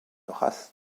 race